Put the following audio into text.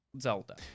Zelda